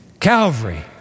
Calvary